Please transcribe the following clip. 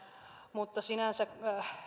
mutta sinänsä